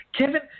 Kevin